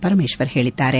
ಪರಮೇಶ್ವರ್ ಹೇಳದ್ದಾರೆ